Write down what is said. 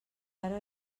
ara